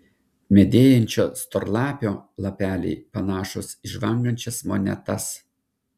medėjančiojo storlapio lapeliai panašūs į žvangančias monetas